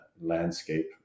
landscape